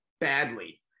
badly